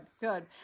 good